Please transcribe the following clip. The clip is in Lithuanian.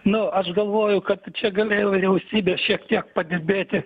nu aš galvoju kad čia galėjo vyriausybė šiek tiek padirbėti